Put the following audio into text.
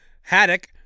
Haddock